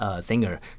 singer